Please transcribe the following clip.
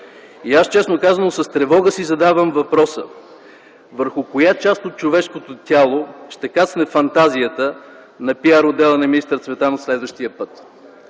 И аз, честно казано, с тревога си задавам въпроса върху коя част от човешкото тяло ще кацне фантазията на пиар отдела на министър Цветанов следващия път.